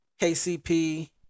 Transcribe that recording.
KCP